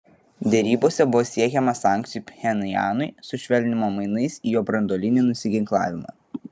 derybose buvo siekiama sankcijų pchenjanui sušvelninimo mainais į jo branduolinį nusiginklavimą